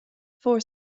four